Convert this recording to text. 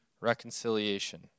Reconciliation